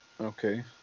okay